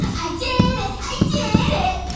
i did it! i did it!